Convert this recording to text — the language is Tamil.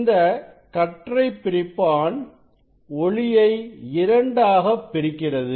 இந்த கற்றை பிரிப்பான் ஒளியை இரண்டாகப் பிரிகிறது